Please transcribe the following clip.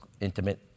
intimate